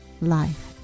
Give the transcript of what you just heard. life